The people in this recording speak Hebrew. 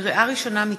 לקריאה ראשונה,